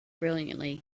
brilliantly